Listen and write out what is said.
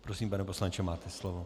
Prosím, pane poslanče, máte slovo.